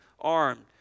armed